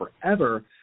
forever